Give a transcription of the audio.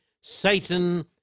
Satan